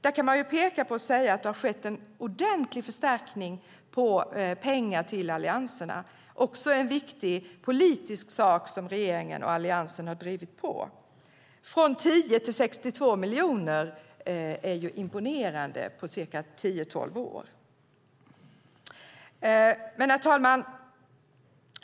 Där har det skett en ordentlig förstärkning med pengar till allianserna. Det är också en viktig politisk sak som regeringen och Alliansen har drivit på. Det är imponerande att gå från 10 till 62 miljoner på cirka tio tolv år. Herr talman!